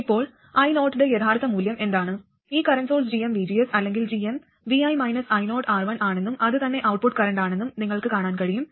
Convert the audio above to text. ഇപ്പോൾ i0 യുടെ യഥാർത്ഥ മൂല്യം എന്താണ് ഈ കറന്റ് സോഴ്സ് gmvgs അല്ലെങ്കിൽ gmvi -ioR1 ആണെന്നും അത് തന്നെ ഔട്ട്പുട്ട് കറന്റാണെന്നും നിങ്ങൾക്ക് കാണാൻ കഴിയും